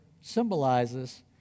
symbolizes